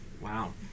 Wow